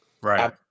right